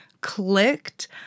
clicked